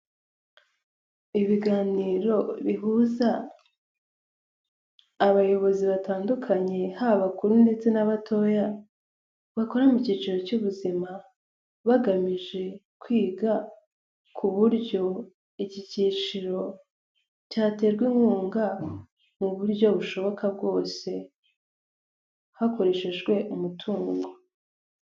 Ibiganiro bihuza abayobozi batandukanye haba akuru ndetse n'abatoya bakora mu cyiciro cy'ubuzima, bagamije kwiga ku buryo iki cyiciro cyaterwa inkunga mu buryo bushoboka bwose hakoreshejwe umutungo.